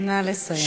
נא לסיים.